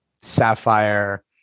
Sapphire